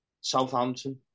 Southampton